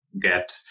get